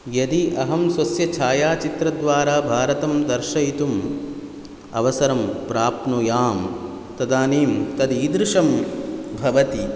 यदि अहं स्वस्य छायाचित्रद्वारा भारतं दर्शयितुम् अवसरं प्राप्नुयां तदानीं तदीदृशं भवति